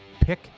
pick